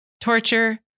torture